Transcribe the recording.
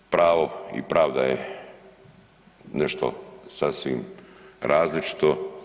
Pravo i pravda je nešto sasvim različito.